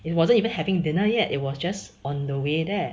it wasn't even having dinner yet it was just on the way there